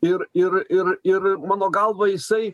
ir ir ir ir mano galva jisai